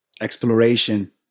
Exploration